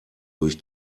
durch